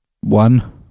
One